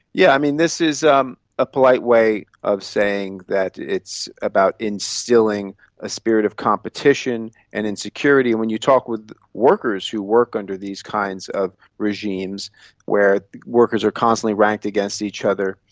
yeah this is um a polite way of saying that it's about instilling a spirit of competition and insecurity. when you talk with workers who work under these kinds of regimes where workers are constantly ranked against each other,